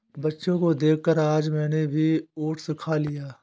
बच्चों को देखकर आज मैंने भी ओट्स खा लिया